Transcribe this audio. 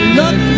look